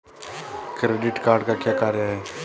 Credit card का क्या कार्य है?